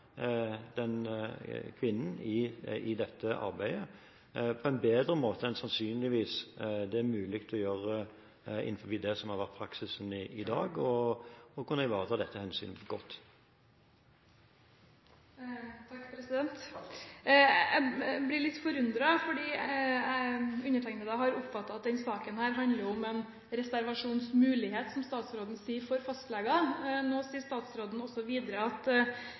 i dette arbeidet på en bedre måte enn det sannsynligvis er mulig å gjøre innenfor det som er praksisen i dag, og å kunne ivareta dette hensynet godt. Jeg blir litt forundret, fordi undertegnede har oppfattet at denne saken handler om en reservasjonsmulighet – som statsråden sier – for fastleger. Nå sier statsråden videre at